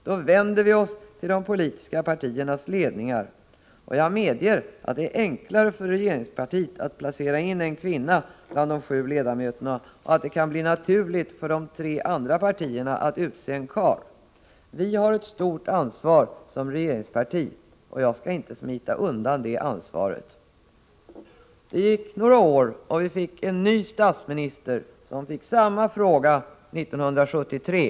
Då vänder vi oss i regel till de politiska partiernas ledningar och jag medger att det är enklare för regeringspartiet att placera in en kvinna bland de 7 ledamöterna och att det kan bli naturligt för de tre borgerliga partierna att utse en karl. —-——- Vi har ett stort ansvar här som regeringsparti och jag skall inte smita undan det ansvaret.” Det gick några år. Vi fick en ny statsminister, Olof Palme, som fick samma fråga 1973.